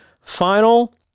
Final